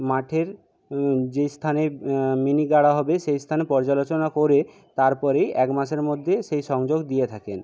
মাঠের যে স্থানে মিনি গাড়া হবে সেই স্থানে পর্যালোচনা করে তার পরেই এক মাসের মধ্যে সেই সংযোগ দিয়ে থাকেন